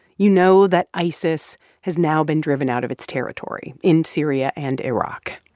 you know that isis has now been driven out of its territory in syria and iraq.